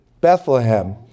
Bethlehem